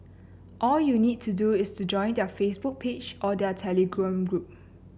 all you need to do is to join their Facebook page or their Telegram group